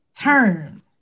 turn